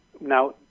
Now